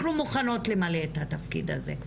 אנחנו מוכנות למלא את התפקיד הזה.